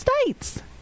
states